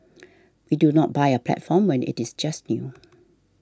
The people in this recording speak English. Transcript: we do not buy a platform when it is just new